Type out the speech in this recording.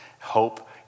hope